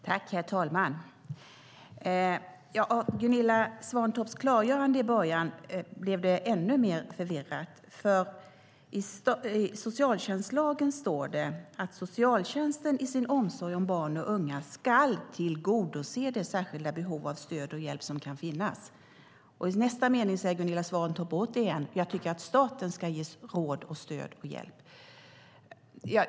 Herr talman! Det blev ännu mer förvirrat av Gunilla Svantorps klargörande i början. I socialtjänstlagen står det att socialtjänsten i sin omsorg om barn och unga ska tillgodose det särskilda behov av stöd och hjälp som kan finnas. I nästa mening säger Gunilla Svantorp återigen att hon tycker att staten ska ge råd, stöd och hjälp.